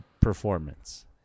performance